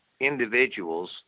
individuals